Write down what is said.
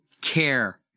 care